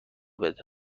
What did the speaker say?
بده